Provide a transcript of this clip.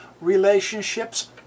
relationships